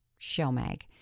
shellmag